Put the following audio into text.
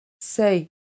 Say